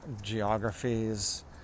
geographies